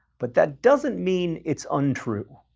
but that doesn't mean it's untrue.